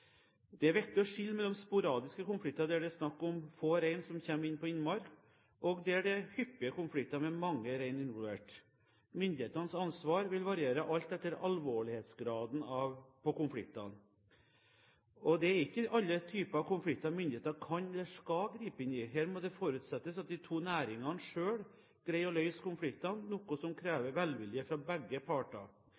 Det er viktig å skille mellom sporadiske konflikter der det er snakk om få rein som kommer inn på innmark, og der det er hyppige konflikter med mange rein involvert. Myndighetenes ansvar vil variere alt etter alvorlighetsgraden på konfliktene. Det er ikke alle typer konflikter myndighetene kan eller skal gripe inn i. Her må det forutsettes at de to næringene selv greier å løse konfliktene, noe som